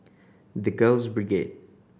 The Girls Brigade